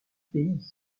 pays